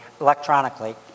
electronically